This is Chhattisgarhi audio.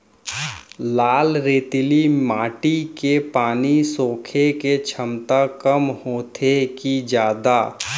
लाल रेतीली माटी के पानी सोखे के क्षमता कम होथे की जादा?